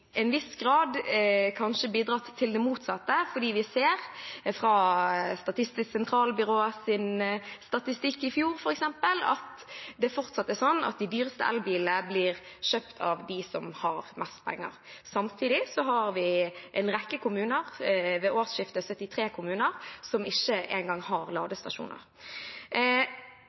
en viss grad kanskje bidratt til det motsatte, fordi vi ser f.eks. av statistikk fra Statistisk sentralbyrå i fjor at det fortsatt er sånn at de dyreste elbilene blir kjøpt av dem som har mest penger. Samtidig har vi en rekke kommuner – ved årsskiftet var det 73 kommuner – som ikke engang har ladestasjoner.